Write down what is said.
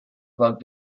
plug